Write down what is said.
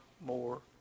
more